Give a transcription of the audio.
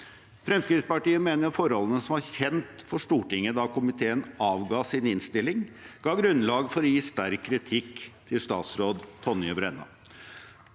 Fremskrittspartiet mener at forholdene som var kjent for Stortinget da komiteen avga sin innstilling, ga grunnlag for å gi sterk kritikk til statsråd Tonje Brenna.